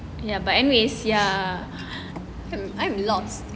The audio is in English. but then weh sia